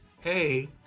hey